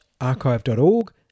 archive.org